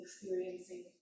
experiencing